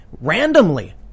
Randomly